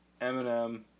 eminem